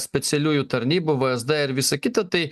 specialiųjų tarnybų vsd ir visa kita tai